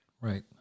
right